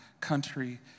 country